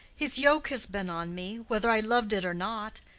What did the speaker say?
his yoke has been on me, whether i loved it or not.